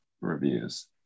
reviews